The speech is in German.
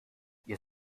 ihr